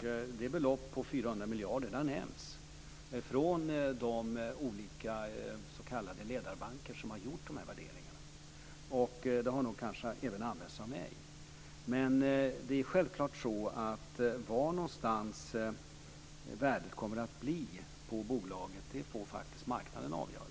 Det här beloppet på 400 miljarder har nämnts av de olika s.k. ledarbanker som har gjort de här värderingarna. Det har kanske även använts av mig. Det är självklart så att marknaden får avgöra vad värdet på bolaget faktiskt kommer att bli.